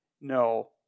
No